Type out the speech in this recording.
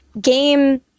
game